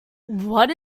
what